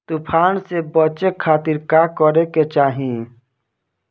तूफान से बचे खातिर का करे के चाहीं?